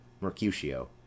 Mercutio